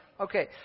Okay